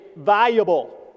valuable